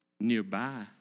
nearby